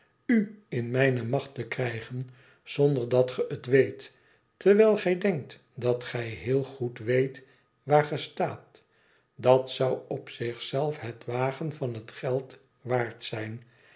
u in mijne macht te krijgen zonder dat ge het weet terwijl gij denkt dat gij heel goed weet waar ge staat dat zou op zich zelf het wagen van het geld waard zijn